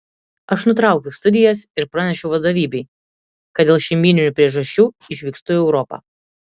aš nutraukiau studijas ir pranešiau vadovybei kad dėl šeimyninių priežasčių išvykstu į europą